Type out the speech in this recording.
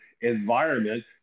environment